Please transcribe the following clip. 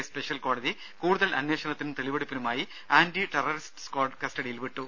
A special കോടതി കൂടുതൽ അന്വേഷണത്തിനും തെളിവെടുപ്പിനുമായി ആന്റി ടെററിസ്റ്റ് സ്ക്വാഡ് കസ്റ്റഡിയിൽ വിട്ടു